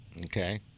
Okay